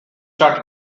chart